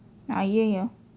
!aiyoyo!